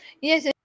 Yes